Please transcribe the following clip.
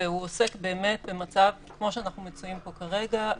והוא עוסק באמת במצב, כמו שאנחנו מצויים בו כרגע,